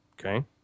Okay